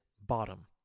bottom